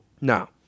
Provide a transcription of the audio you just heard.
now